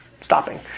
stopping